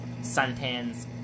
suntans